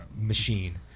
machine